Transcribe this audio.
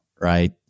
right